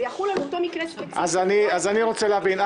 זה יחול על אותו מקרה ספציפי --- אז אני רוצה להבין,